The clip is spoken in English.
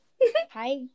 hi